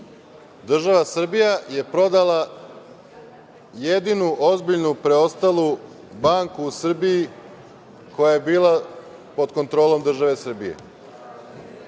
Država Srbija je prodala jedinu ozbiljnu preostalu banku u Srbiji koja je bila pod kontrolom države Srbije. Iako